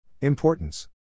Importance